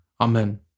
Amen